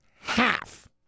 half